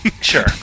Sure